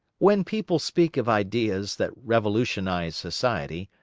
when people speak of ideas that revolutionise society,